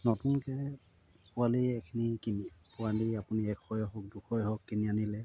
নতুনকৈ পোৱালি এখিনি কিনি পোৱালি আপুনি এশই হওক দুশয়ে হওক কিনি আনিলে